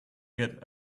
get